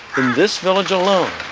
this village alone,